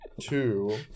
Two